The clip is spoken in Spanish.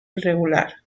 irregular